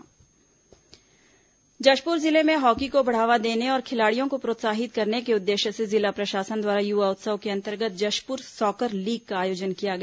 hockey प्रतियोगिता जशपूर जिले में हॉकी को बढ़ावा देने और खिलाड़ियों को प्रोत्साहित करने के उद्देश्य से जिला प्रशासन द्वारा युवा उत्सव के अंतर्गत जशपुर सॉकर लीग का आयोजन किया गया